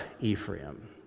Ephraim